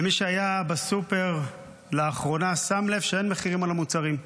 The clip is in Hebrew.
מי שהיה בסופר לאחרונה שם לב שאין מחירים על המוצרים.